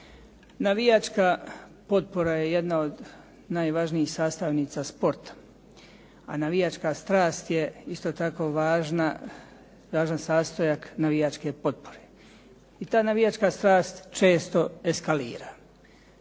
Navijačka potpora je jedna od najvažnijih sastavnica sporta, a navijačka strast je isto tako važna, važan sastojak navijačke potpore. I ta navijačka strast često eskalira.